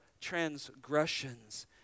transgressions